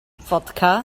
fodca